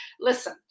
listen